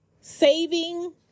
saving